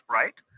right